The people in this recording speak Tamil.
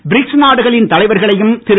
பிரிக்ஸ் நாடுகளின் தலைவர்களையும் திரு